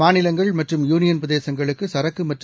மாநிலங்கள் மற்றும் யூனியன் பிரதேசங்களுக்கு சரக்கு மற்றும்